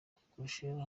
kurukoresha